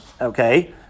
Okay